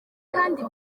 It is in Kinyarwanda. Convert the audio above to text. kandi